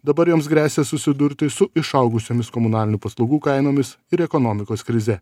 dabar joms gresia susidurti su išaugusiomis komunalinių paslaugų kainomis ir ekonomikos krize